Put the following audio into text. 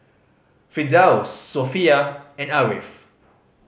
Firdaus Sofea and Ariff